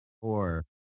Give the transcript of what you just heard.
Four